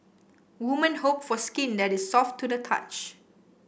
women hope for skin that is soft to the touch